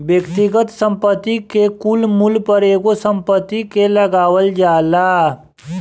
व्यक्तिगत संपत्ति के कुल मूल्य पर एगो संपत्ति के लगावल जाला